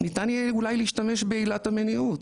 ניתן יהיה אולי להשתמש בעילת המניעות,